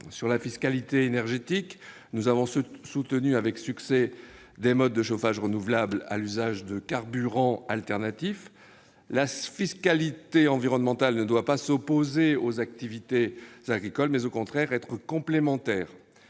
Sur la fiscalité énergétique, nous avons soutenu avec succès des modes de chauffage renouvelables et l'usage de carburants alternatifs. La fiscalité environnementale ne doit pas s'opposer aux activités agricoles, elle doit au contraire être complémentaire